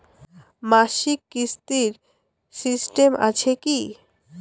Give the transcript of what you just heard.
মাসিক কিস্তির সিস্টেম আছে কি?